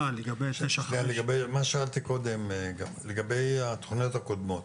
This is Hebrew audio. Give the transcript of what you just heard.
לגבי מה ששאלתי קודם, לגבי התוכניות הקודמות.